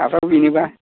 हाफ्राबो बेनोबा